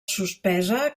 suspesa